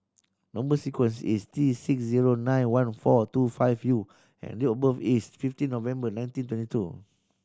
number sequence is T six zero nine one four two five U and date of birth is fifteen November nineteen twenty two